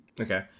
Okay